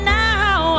now